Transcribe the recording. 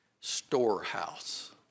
storehouse